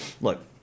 Look